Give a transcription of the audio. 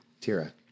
Tira